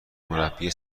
مربی